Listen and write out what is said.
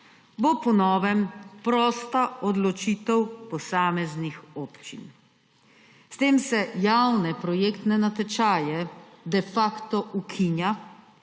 bo po novem prosta odločitev posameznih občin. S tem se javne projektne natečaje de facto ukinja,